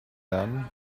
lernen